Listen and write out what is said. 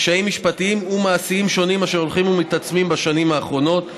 משפטיים ומעשיים שונים אשר הולכים ומתעצמים בשנים האחרונות,